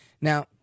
Now